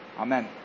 Amen